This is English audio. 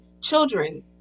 Children